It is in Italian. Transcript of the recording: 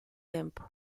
tempo